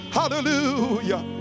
hallelujah